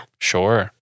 Sure